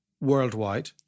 worldwide